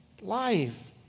life